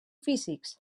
físics